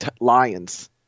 lions